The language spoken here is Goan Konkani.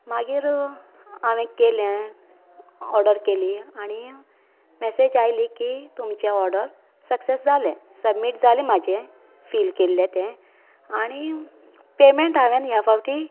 मागीर हांवें केले ऑर्डर केली आनी मेसेज आयले की तुमचे ऑर्डर सक्सेस जाले सबमीट जाले म्हाजे फील केल्ले ते आनी पेमेंट हांवेन ह्या फावटी